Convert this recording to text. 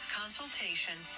consultation